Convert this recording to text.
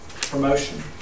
promotion